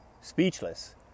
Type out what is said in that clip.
speechless